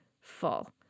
full